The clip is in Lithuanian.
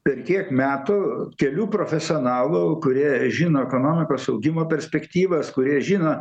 per kiek metų kelių profesionalų kurie žino ekonomikos augimo perspektyvas kurie žino